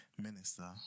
minister